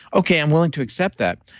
okay. i'm willing to accept that.